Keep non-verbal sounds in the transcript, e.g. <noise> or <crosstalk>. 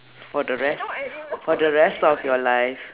for the rest <breath> for the rest your life